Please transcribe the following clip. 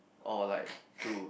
or like to